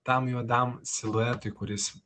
tam juodam siluetui kuris